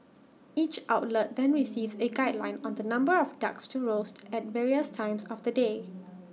each outlet then receives A guideline on the number of ducks to roast at various times of the day